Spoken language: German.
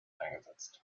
eingesetzt